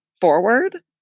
forward